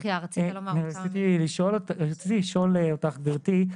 אני רציתי לשאול אותך גברתי.